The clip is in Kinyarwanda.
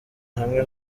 hamwe